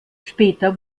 später